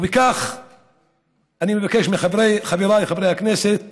ולכן אני מבקש מחבריי חברי הכנסת